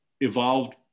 evolved